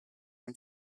non